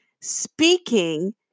speaking